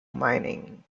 mining